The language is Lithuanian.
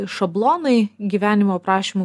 šablonai gyvenimo aprašymų